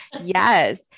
Yes